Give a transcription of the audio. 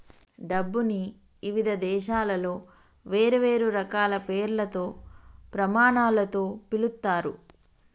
డబ్బుని ఇవిధ దేశాలలో వేర్వేరు రకాల పేర్లతో, ప్రమాణాలతో పిలుత్తారు